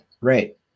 right